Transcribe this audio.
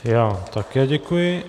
Já také děkuji.